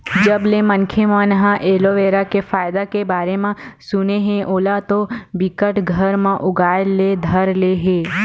जब ले मनखे मन ह एलोवेरा के फायदा के बारे म सुने हे ओला तो बिकट घर म उगाय ले धर ले हे